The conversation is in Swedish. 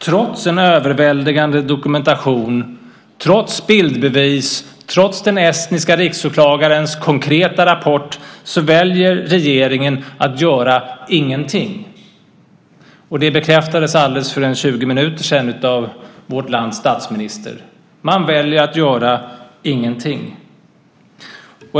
Trots en överväldigande dokumentation, trots bildbevis och trots den estniske riksåklagarens konkreta rapport väljer regeringen att göra ingenting. Det bekräftades för en 20 minuter sedan av vårt lands statsminister. Man väljer att göra ingenting.